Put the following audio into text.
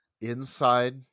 Inside